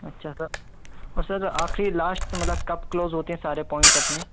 अच्छा सर और सर आखिरी लास्ट मतलब कब क्लोज़ होते हैं सारे पॉइन्ट अपने